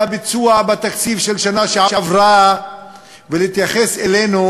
הביצוע בתקציב של השנה שעברה ולהתייחס אלינו,